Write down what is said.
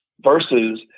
versus